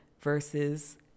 versus